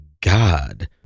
God